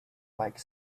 like